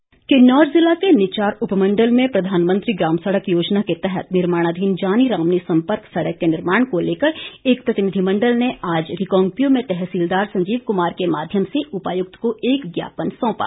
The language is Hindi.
प्रतिनिधिमंडल किन्नौर जिला के निचार उपमंडल में प्रधानमंत्री ग्राम सड़क योजना के तहत निर्माणाधीन जानी रामनी संपर्क सड़क के निर्माण को लेकर एक प्रतिनिधिमंडल ने आज रिकांगपिओ में तहसीलदार संजीव कुमार के माध्यम से उपायुक्त को एक ज्ञापन सौंपा